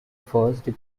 first